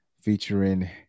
featuring